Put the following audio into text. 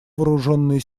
вооруженные